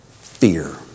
Fear